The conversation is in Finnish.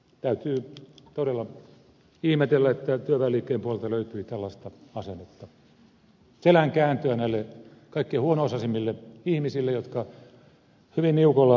täytyy todella ihmetellä että työväenliikkeen puolelta löytyi tällaista asennetta selänkääntöä näitä kaikkein huono osaisimpia ihmisiä kohtaan jotka hyvin niukoilla tuloilla kitkuttavat